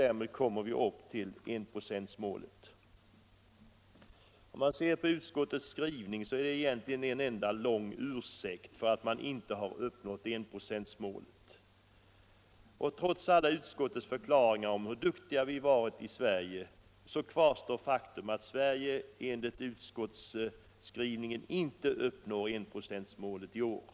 Därmed kommer vi upp till enprocentsmålet. Utskottsmajoritetens skrivning är egentligen en enda lång ursäkt för att enprocentsmålet inte har uppnåtts. Och trots alla utskottsmajoritetens förklaringar om hur duktiga vi varit i Sverige kvarstår faktum att Sverige, enligt utskottsmajoritetens skrivning, inte uppnår enprocentsmålet i år.